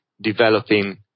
developing